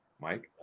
Mike